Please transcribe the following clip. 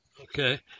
okay